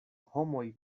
homoj